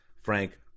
Frank